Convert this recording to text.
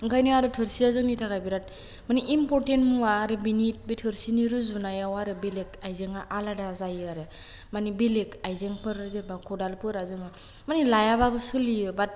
ओंखायनो आरो थोरसिया जोंनि थाखाय बेराद मानि इमपरटेन्ट मुवा आरो बिनि बे थोरसिनि रुजुनायाव आरो बेलेग आइजेंआ आलादा जायो आरो मानि बेलेग आइजेंफोर जेरै खदालफोरा जोङो मानि लायाबाबो सोलियो बाट